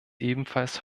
ebenfalls